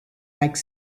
like